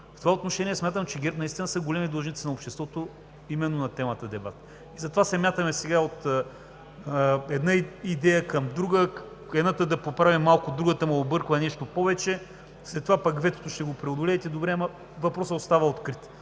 В това отношение смятам, че ГЕРБ наистина са големи длъжници на обществото именно на темата дебат. Затова се мятаме сега от една идея към друга – едната да поправи малко другата, но обърква нещо повече. След това пък ветото – ще го преодолеете, добре, но въпросът остава открит.